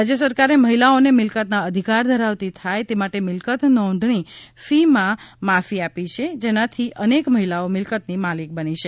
રાજ્ય સરકારે મહિલાઓને મિલકતના અધિકાર ધરાવતી થાય તે માટે મિલકત નોંઘણી ફીમાં માફી આપી છે જેનાથી અનેક મહિલાઓ મિલકતની માલિક બની છે